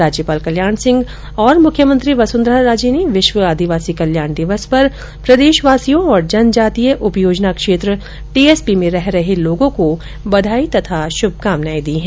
राज्यपाल कल्याण सिंह और मुख्यमंत्री वसुंधरा राजे ने विश्व आदिवासी कल्याण दिवस पर प्रदेशवासियों और जनजातीय उपयोजना क्षेत्र टीएसपी में रह रहे लोगों को बधाई तथा शुभकामनाएं दी हैं